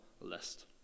list